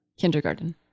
kindergarten